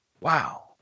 wow